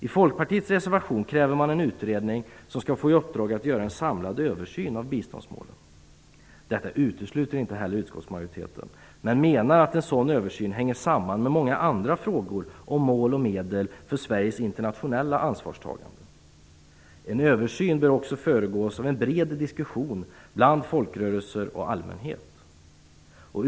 I Folkpartiets reservation kräver man en utredning som skall få i uppdrag att göra en samlad översyn av biståndsmålen. Detta utesluter inte heller utskottsmajoriteten, men menar att en sådan översyn hänger samman med många andra frågor om mål och medel för Sveriges internationella ansvarstagande. En översyn bör också föregås av en bred diskussion bland folkrörelser och allmänhet.